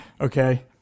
okay